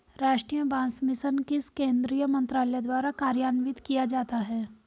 राष्ट्रीय बांस मिशन किस केंद्रीय मंत्रालय द्वारा कार्यान्वित किया जाता है?